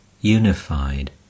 unified